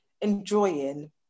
enjoying